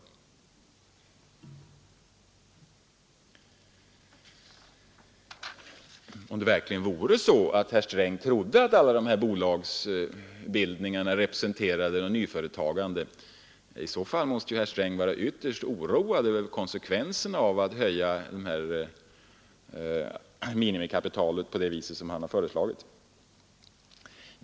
Om det verkligen vore så att herr Sträng trodde att alla dessa bolagsbildningar representerade ett nyföretagande, måste ju herr Sträng vara ytterst oroad över konsekvenserna av höjningen av minimiaktiekapitalet.